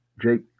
Jake